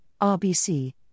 RBC